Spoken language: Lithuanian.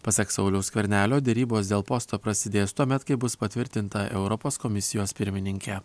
pasak sauliaus skvernelio derybos dėl posto prasidės tuomet kai bus patvirtinta europos komisijos pirmininkė